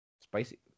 spicy